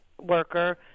worker